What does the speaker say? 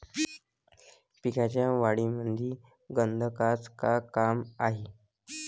पिकाच्या वाढीमंदी गंधकाचं का काम हाये?